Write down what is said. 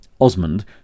Osmond